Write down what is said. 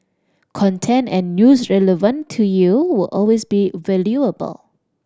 content and news relevant to you will always be valuable